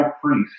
priest